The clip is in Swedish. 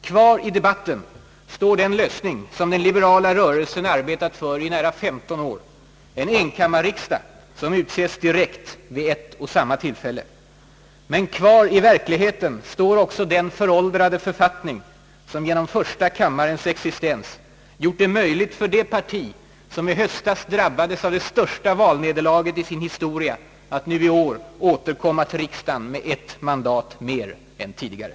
Kvar i debatten står den lösning som den liberala rörelsen arbetat för i nära femton år: en enkammarriksdag som utses direkt vid ett och samma tillfälle. Men kvar i verkligheten står också den föråldrade författning som genom första kammarens existens gjort det möjligt för det parti som i höstas drabbades av det största valnederlaget i sin historia att nu i år återkomma till riksdagen med ett mandat mer än tidigare.